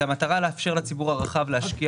קרן ריט למגורים הוקמה לציבור הרחב שגם